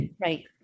Right